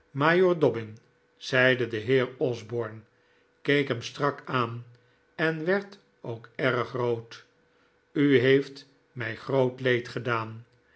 zeide de heer osborne keek hem strak aan en werd ookerg rood u heeft mij groot leed gedaan